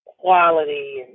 quality